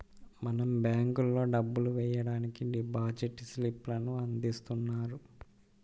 మనం బ్యేంకుల్లో డబ్బులు వెయ్యడానికి డిపాజిట్ స్లిప్ లను అందిస్తున్నారు